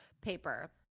paper